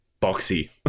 boxy